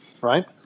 right